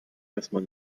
erstmal